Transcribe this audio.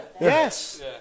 Yes